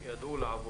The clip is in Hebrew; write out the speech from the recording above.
שידעו לעבוד,